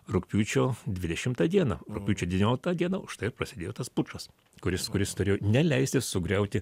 rugpjūčio dvidešimtą dieną rugpjūčio devynioliktą dieną už tai ir prasidėjo tas pučas kuris kuris turėjo neleisti sugriauti